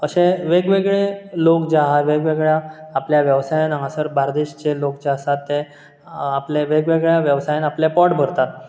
अशे वेग वेगळे लोग जे आहा वेगवेगळ्या आपल्या वेवसायान हांगांसर बार्देसचे लोग जे आहात ते आपलें वेगवेगळ्या वेवसायान आपलें पोट भरतात